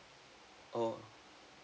oh